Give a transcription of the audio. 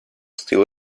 still